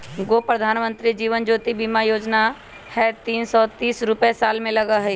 गो प्रधानमंत्री जीवन ज्योति बीमा योजना है तीन सौ तीस रुपए साल में लगहई?